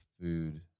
food